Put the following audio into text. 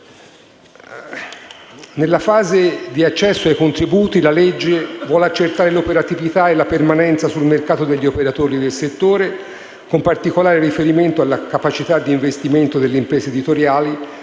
Nella fase di accesso ai contributi, la legge vuol accertare l'operatività e la permanenza sul mercato degli operatori del settore, con particolare riferimento alla capacità di investimento delle imprese editoriali